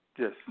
Yes